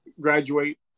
graduate